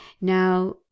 now